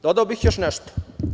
Dodao bih još nešto.